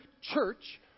church